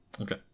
Okay